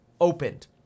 opened